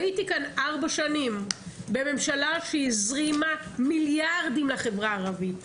הייתי כאן ארבע שנים בממשלה שהזרימה מיליארדים לחברה הערבית,